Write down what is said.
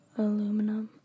aluminum